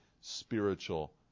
spiritual